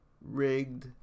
rigged